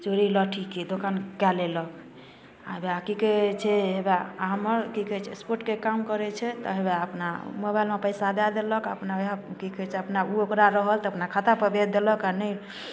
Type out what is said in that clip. चूड़ी लहठीके दोकान कै लेलक होयबे की कहैत छै हबै हमर कि कहैत छै एस्पोर्टके काम करैत छै तऽ होयबे अपना मोबाइलमे पैसा दै देलक अपना की कहैत छै अपना ओहो ओकरा रहल तऽ अपना खाता पर भेज देलक आ नहि